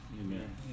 Amen